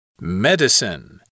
Medicine